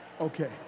Okay